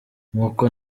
nkuko